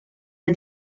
are